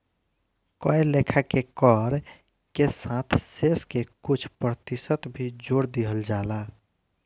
कए लेखा के कर के साथ शेष के कुछ प्रतिशत भी जोर दिहल जाला